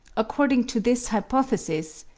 according to this hypothesis,